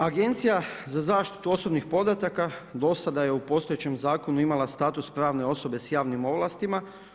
Agencija za zaštitu osobnih podataka do sada je u postojećem zakonu imala status pravne osobe s javnim ovlastima.